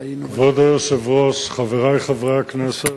כבוד היושב-ראש, חברי חברי הכנסת,